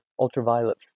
ultraviolet